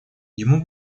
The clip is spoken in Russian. ему